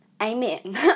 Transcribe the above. Amen